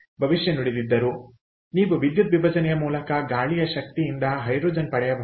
ಆದ್ದರಿಂದ ನೀವು ವಿದ್ಯುದ್ವಿಭಜನೆಯ ಮೂಲಕ ಗಾಳಿಯ ಶಕ್ತಿಯಿಂದ ಹೈಡ್ರೋಜನ್ ಪಡೆಯಬೇಕು